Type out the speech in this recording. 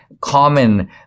common